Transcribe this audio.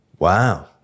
Wow